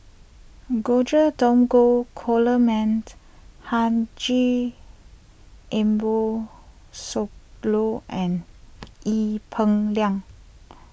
George Dromgold Coleman Haji Ambo Sooloh and Ee Peng Liang